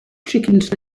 chickens